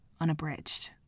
unabridged